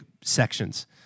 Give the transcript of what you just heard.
sections